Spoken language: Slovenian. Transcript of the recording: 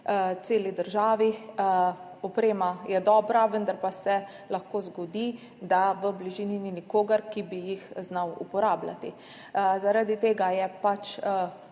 celi državi, oprema je dobra, vendar pa se lahko zgodi, da v bližini ni nikogar, ki bi jih znal uporabljati. Zaradi tega je pač